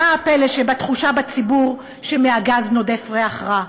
מה הפלא שהתחושה בציבור היא שמהגז נודף ריח רע?